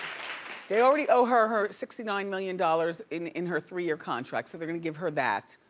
they already owe her her sixty nine million dollars in in her three year contract so they're gonna give her that,